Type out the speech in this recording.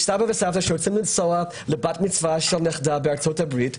יש סבא וסבתא שרוצים לנסוע לבת מצווה של הנכדה שלהם בארצות הברית,